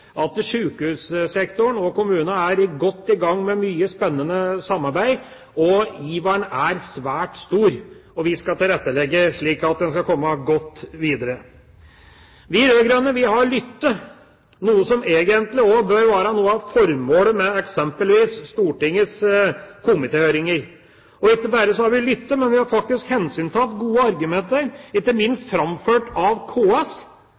at sjukehussektoren og kommunen er godt i gang med mye spennende samarbeid. Iveren er svært stor, og vi skal tilrettelegge slik at man skal komme godt videre. Vi rød-grønne har lyttet, noe som egentlig også bør være noe av formålet med eksempelvis Stortingets komitéhøringer. Og ikke bare har vi lyttet, men vi har faktisk tatt hensyn til gode argumenter, ikke minst framført av KS,